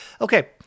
Okay